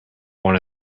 want